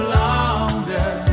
longer